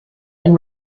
and